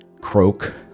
croak